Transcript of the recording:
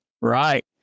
right